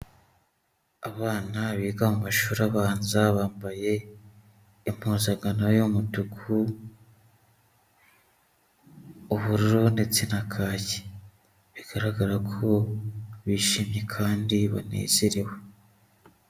Abana biga mu mashuri abanza bambaye impuzankano y'umutuku, ubururu ndetse na kaki bigaragara ko bishimye kandi banezerewe.